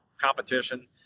competition